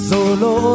Solo